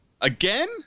Again